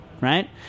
right